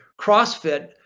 CrossFit